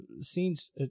scenes